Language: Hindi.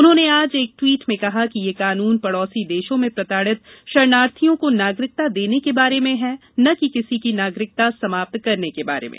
उन्होंने आज एक ट्वीट में कहा कि यह कानून पड़ोसी देशों में प्रताड़ित शरणार्थियों को नागरिकता देने के बारे में है न कि किसी की नागरिकता समाप्त करने के बारे में